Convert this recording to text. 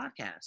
podcast